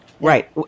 right